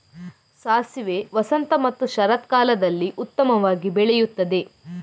ಸಾಸಿವೆ ವಸಂತ ಮತ್ತು ಶರತ್ಕಾಲದಲ್ಲಿ ಉತ್ತಮವಾಗಿ ಬೆಳೆಯುತ್ತದೆ